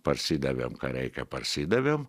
parsidavėm ką reikia parsidavėm